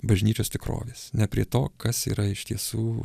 bažnyčios tikrovės ne prie to kas yra iš tiesų